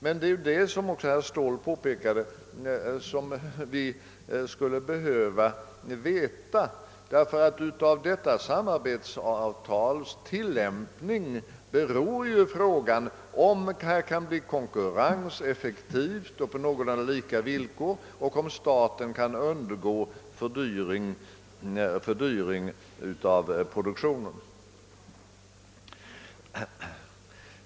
Men det är, som också herr Ståhl påpekade, ett sådant besked, som vi skulle behöva ha: Det är nämligen på detta samarbetsavtals tillämpning som det beror, om det skall gå att åstadkomma effektiv konkurrens på någorlunda lika villkor och om staten skall kunna undgå en fördyring av produktionen.